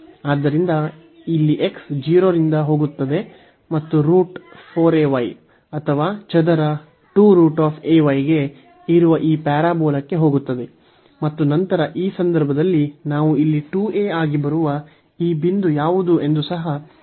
ಆದ್ದರಿಂದ ಇಲ್ಲಿ x 0 ನಿಂದ ಹೋಗುತ್ತದೆ ಮತ್ತು ಅಥವಾ ಚದರ ಗೆ ಇರುವ ಈ ಪ್ಯಾರಾಬೋಲಾಕ್ಕೆ ಹೋಗುತ್ತದೆ ಮತ್ತು ನಂತರ ಈ ಸಂದರ್ಭದಲ್ಲಿ ನಾವು ಇಲ್ಲಿ 2a ಆಗಿ ಬರುವ ಈ ಬಿಂದು ಯಾವುದು ಎಂದು ಸಹ ನೋಡಬೇಕು 0